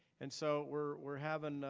and so we're having,